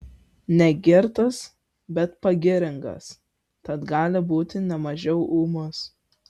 negirtas bet pagiringas tad gali būti ne mažiau ūmus